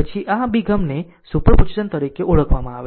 પછી આ અભિગમને સુપરપોઝિશન તરીકે ઓળખવામાં આવે છે